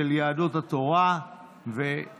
של יהדות התורה וש"ס.